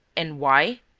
and why?